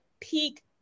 peak